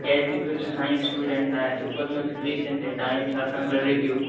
کیٛازِ کہِ تُہۍ چھِو ساینس سِٹوٗڈنٛٹ تۄہہِ آسہِ پٔرمٕژ رِلیشَن تہٕ ٹایم چھَ آسان رِلیٹِو